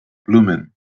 blooming